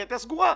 היא הייתה סגורה,